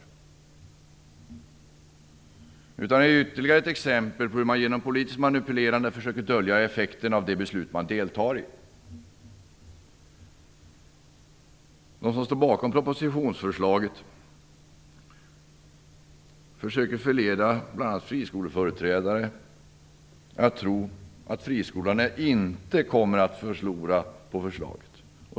Detta är ytterligare ett exempel på hur man genom politiskt manipulerande försöker dölja effekten av det beslut man deltar i. De som står bakom propositionsförslaget försöker förleda bl.a. friskoleföreträdare att tro att friskolorna inte kommer att förlora på förslaget.